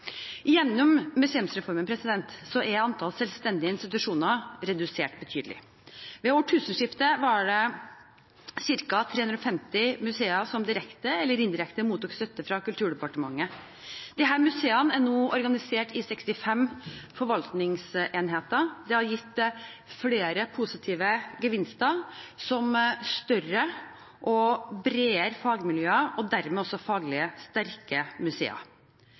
er antallet selvstendige institusjoner redusert betydelig. Ved årtusenskiftet var det ca. 350 museer som direkte eller indirekte mottok støtte fra Kulturdepartementet. Disse museene er nå organisert i 65 forvaltningsenheter. Det har gitt flere positive gevinster, som større og bredere fagmiljøer og dermed også faglig sterkere museer.